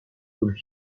could